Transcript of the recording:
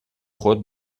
خود